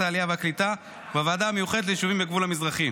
בוועדת העלייה והקליטה ובוועדה המיוחדת ליישובים בגבול המזרחי,